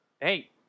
hey